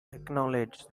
acknowledged